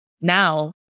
now